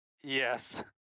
Yes